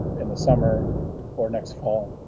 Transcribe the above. in the summer or next fall.